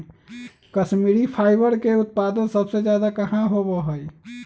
Kashmiri fibre के उत्पादन सबसे ज्यादा कहाँ होबा हई?